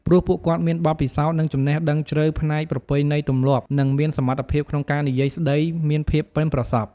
ព្រោះពួកគាត់មានបទពិសោធន៍ និងចំណេះដឹងជ្រៅផ្នែកប្រពៃណីទម្លាប់ និងមានសមត្ថភាពក្នុងការនិយាយស្ដី មានភាពប៉ិនប្រសប់។